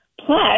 Plus